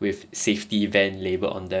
with safety event labelled on them